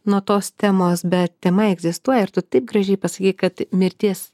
nuo tos temos bet tema egzistuoja ir tu taip gražiai pasakei kad mirties